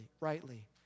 rightly